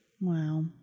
Wow